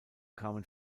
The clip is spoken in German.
kamen